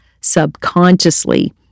subconsciously